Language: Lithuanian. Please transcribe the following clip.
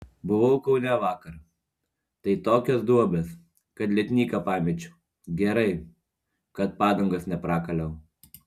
buvau kaune vakar tai tokios duobės kad lietnyką pamečiau gerai kad padangos neprakaliau